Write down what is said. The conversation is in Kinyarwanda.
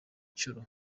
nshuro